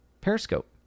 Periscope